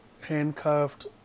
Handcuffed